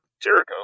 Jericho